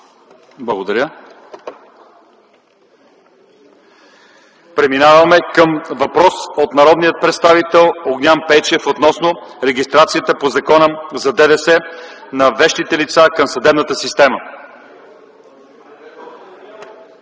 Благодаря. Преминаваме към въпрос от народния представител Огнян Пейчев относно регистрацията по Закона за ДДС на вещите лица към съдебната система.